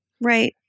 Right